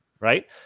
Right